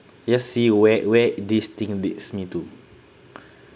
just see where where this thing leads me to